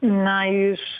na iš